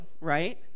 right